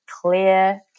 clear